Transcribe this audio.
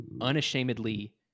unashamedly